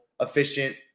efficient